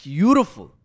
Beautiful